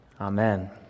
Amen